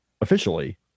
officially